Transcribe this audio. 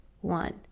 one